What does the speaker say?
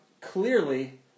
clearly